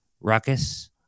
ruckus